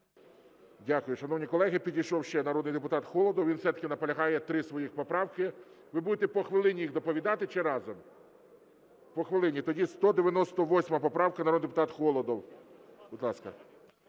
Дякую. Шановні колеги, підійшов ще народний депутат Холодов. Він все-таки наполягає на трьох своїх поправках. Ви будете по хвилині їх доповідати чи разом? По хвилині. Тоді 198 поправка. Народний депутат Холодов, будь ласка.